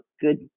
good